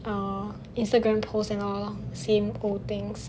err Instagram posts and all lor same old things